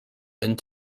and